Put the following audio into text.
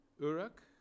Uruk